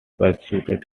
persuaded